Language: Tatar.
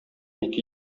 ике